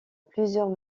plusieurs